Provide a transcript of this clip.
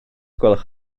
gwelwch